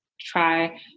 Try